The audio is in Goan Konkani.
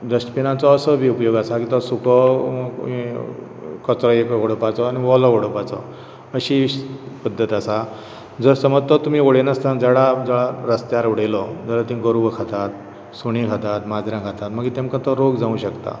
डस्टबिनाचो असो उपयोग आसा आनी तो सुको कचरो एक कडेन उडोवपाचो आनी वोलो उडोवपाचो अशी पद्दत आसा जर समज तो तुमी उडयनासतना जळमाळ रस्त्यार उडयलो जर तीं गोरवां खातात सुणीं खातात माजरां मागीर तेमकां तो रोग जावंक शकता